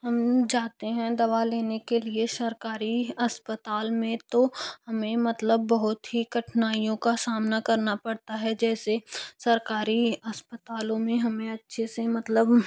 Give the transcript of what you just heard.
हम जाते हैं दवा लेने के लिए सरकारी अस्पताल में तो में मतलब बहुत ही कठिनाइयों का सामना करना पड़ता है जैसे सरकारी अस्पतालों में हमें अच्छे से मतलब